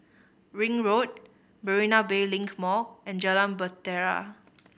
Ring Road Marina Bay Link Mall and Jalan Bahtera